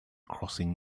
crossing